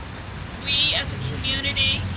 we as a community,